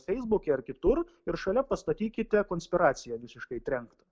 feisbuke ar kitur ir šalia pastatykite konspiraciją visiškai trenktą